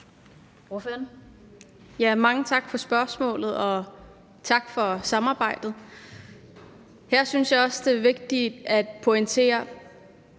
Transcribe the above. Mange tak for spørgsmålet, og tak for samarbejdet. Her synes jeg også, det er vigtigt at pointere,